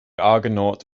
argonaut